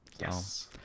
Yes